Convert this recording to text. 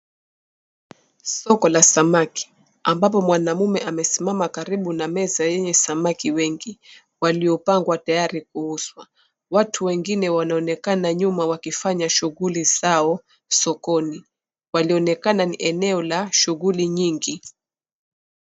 Soko la samaki ambapo mwanamume amesimama karibu na meza yenye samaki wengi waliopangwa tayari kuuzwa. Watu wengine wanaonekana nyuma wakifanya shughuli zao sokoni, linaonekana ni eneo la shughuli nyingi.